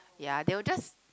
ya they will just